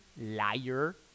Liar